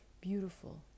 beautiful